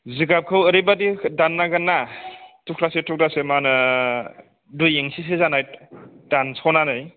जिगाबखौ ओरैबादि दान्नांगोन ना थुख्रासे थुख्रासे मा होनो दुइ इन्सिसो जानाय दानस'नानै